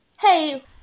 Hey